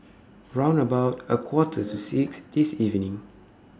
round about A Quarter to six This evening